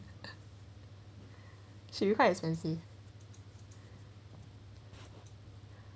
should be quite expensive